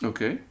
Okay